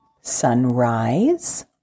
Sunrise